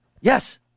Yes